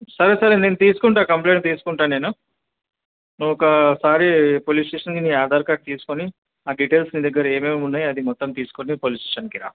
సరే సరే నేను తీసుకుంటాను కంప్లెయింట్ తీసుకుంటాను నేను నువ్వు ఒక సారి పోలీస్ స్టేషన్కి నీ ఆధార్ కార్డ్ తీసుకుని ఆ డీటెయిల్స్ నీ దగ్గర ఏమేమి ఉన్నాయి అవి మొత్తం తీసుకు ని పోలీస్ స్టేషన్కి రా